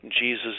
Jesus